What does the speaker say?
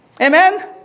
Amen